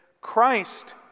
Christ